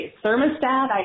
thermostat